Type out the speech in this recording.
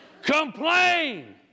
COMPLAIN